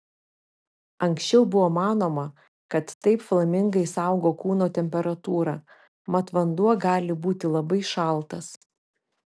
anksčiau buvo manoma kad taip flamingai saugo kūno temperatūrą mat vanduo gali būti labai šaltas